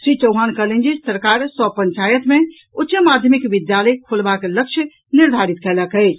श्री चौहान कहलनि जे सरकार सभ पंचायत मे उच्च माध्यमिक विद्यालय खोलबाक लक्ष्य निर्धारित कयलक अछि